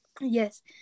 yes